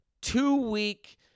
two-week